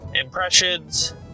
impressions